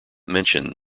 mention